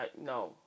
no